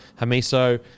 Hamiso